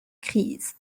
crise